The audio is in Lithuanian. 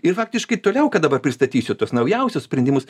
ir faktiškai toliau ką dabar pristatysiu tuos naujausius sprendimus